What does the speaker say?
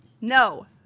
No